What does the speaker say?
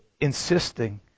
insisting